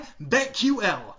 BetQL